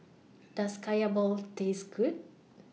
Does Kaya Balls Taste Good